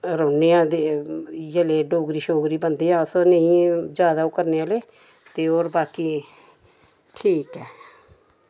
रोह्ने आं ते इयै ले डोगरी शोगरी बंदे अस नेईं जैदा ओह् करने आह्ले ते होर बाकि ठीक ऐ